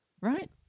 right